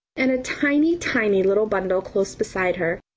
and a tiny, tiny little bundle close beside her.